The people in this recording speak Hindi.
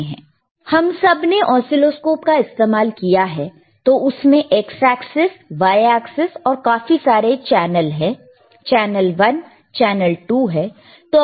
हम सब ने ऑसीलोस्कोप का इस्तेमाल किया है तो उसमें x एक्सेस है y एक्सेस है और काफी सारे चैनल हैं चैनल 1 चैनल 2 है